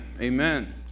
amen